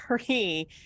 three